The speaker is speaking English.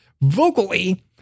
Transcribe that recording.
vocally